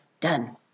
done